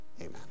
Amen